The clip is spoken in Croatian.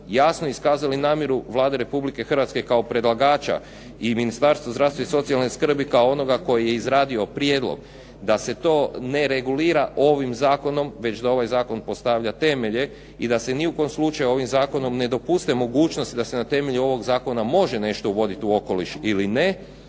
jasno iskazali namjeru Vlade Republike Hrvatske kao predlagača i Ministarstvo zdravstva i socijalne skrbi kao onoga koji je izradio prijedlog da se to ne regulira ovim zakonom već da ovaj zakon postavlja temelje i da se ni u kojem slučaju ovim zakonom ne dopuste mogućnosti da se na temelju ovog zakona može nešto uvoditi u okoliš ili ne